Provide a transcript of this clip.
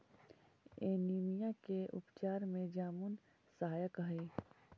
anaemia के उपचार में जामुन सहायक हई